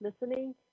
listening